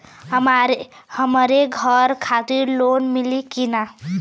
हमरे घर खातिर लोन मिली की ना?